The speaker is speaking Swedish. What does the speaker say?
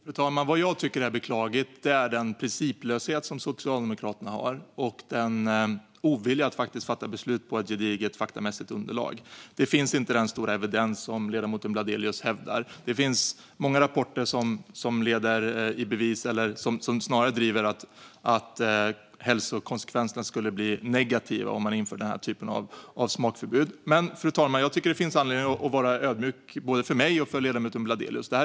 Fru talman! Det som jag tycker är beklagligt är den principlöshet som Socialdemokraterna har och deras ovilja att fatta beslut på ett gediget faktamässigt underlag. Den stora evidens som ledamoten Bladelius talar om finns inte. Det finns många rapporter som leder i bevis eller snarare driver att hälsokonsekvenserna skulle bli negativa om man införde smakförbud. Fru talman! Jag tycker att det finns anledning både för mig och för ledamoten Bladelius att vara ödmjuka.